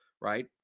right